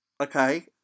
Okay